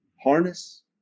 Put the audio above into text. harness